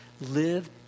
live